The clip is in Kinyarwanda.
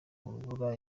urubura